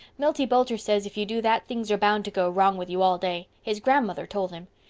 milty boulter says if you do that things are bound to go wrong with you all day. his grandmother told him.